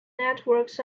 networks